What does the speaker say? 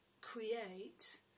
create